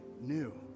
new